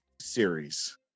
series